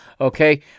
okay